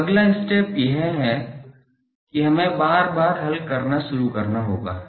अब पहला स्टेप यह है कि हमें बार बार हल करना शुरू करना होगा